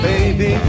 Baby